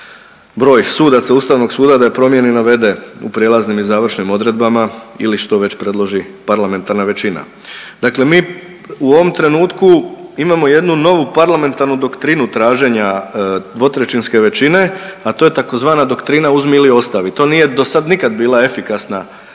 broj sudaca ustavnog suda, da je promijeni i navede u prijelaznim i završnim odredbama ili što već predloži parlamentarna većina. Dakle mi u ovom trenutku imamo jednu novu parlamentarnu doktrinu traženja dvotrećinske većine, a to je tzv. doktrina uzmi ili ostavi, to nije dosad nikad bila efikasna